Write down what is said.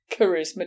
Charisma